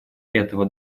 этого